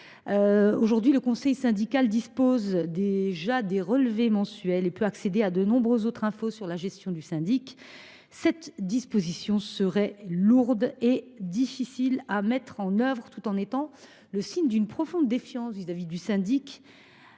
Aujourd’hui, le conseil syndical dispose déjà des relevés mensuels et peut accéder à de nombreuses autres informations sur la gestion du syndic. Cette disposition serait lourde et vraisemblablement difficile à mettre en œuvre, tout en étant le signe d’une profonde défiance vis à vis du syndic,